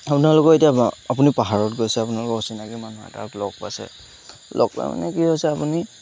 আপোনালোকৰ এতিয়া আপুনি পাহাৰত গৈছে আপোনালোকৰ অচিনাকি মানুহ তাত লগ পাইছে লগ পাই মানে কি হৈছে আপুনি